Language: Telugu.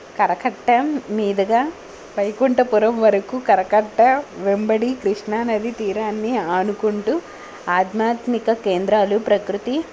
కరకట్ట మీదుగా వైకుఠపురం వరకు కరకట్ట వెంబడి కృష్ణా నది తీరాన్ని ఆనుకుంటూ ఆధ్యాత్మిక కేంద్రాలు ప్రకృతి